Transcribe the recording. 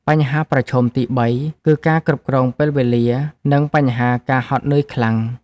បញ្ហាប្រឈមទី៣ គឺការគ្រប់គ្រងពេលវេលា និងបញ្ហាការហត់នឿយខ្លាំង។